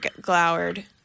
glowered